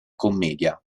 commedia